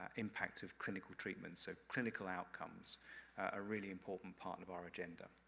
impact of clinical treatment? so, clinical outcomes a really important part of our agenda.